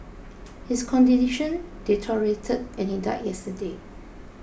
his condition deteriorated and he died yesterday